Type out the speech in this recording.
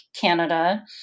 Canada